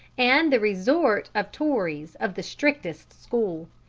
and the resort of tories of the strictest school.